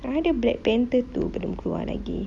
ada black panther two belum keluar lagi